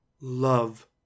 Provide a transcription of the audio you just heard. love